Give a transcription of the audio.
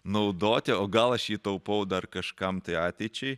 naudoti o gal aš jį taupau dar kažkam tai ateičiai